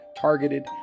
targeted